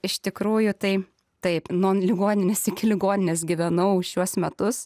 iš tikrųjų tai taip nuo ligoninės iki ligoninės gyvenau šiuos metus